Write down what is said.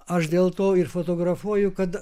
aš dėl to ir fotografuoju kad